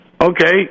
Okay